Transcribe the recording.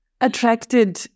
attracted